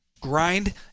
grind